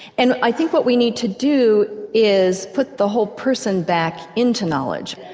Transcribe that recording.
and i think what we need to do is put the whole person back in to knowledge,